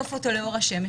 לחשוף אותו לאור השמש,